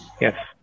Yes